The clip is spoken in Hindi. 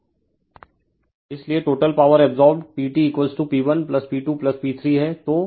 रिफर स्लाइड टाइम 1646 इसलिए total power absorbed PTP1P2 P3 है